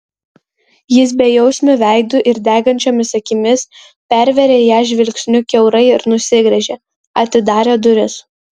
jis bejausmiu veidu ir degančiomis akimis pervėrė ją žvilgsniu kiaurai ir nusigręžė atidarė duris